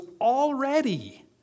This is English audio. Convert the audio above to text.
already